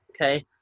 okay